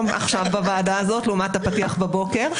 עכשיו בוועדה הזאת לעומת הפתיח בבוקר.